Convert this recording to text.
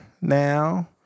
now